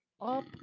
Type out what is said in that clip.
Up